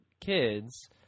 kids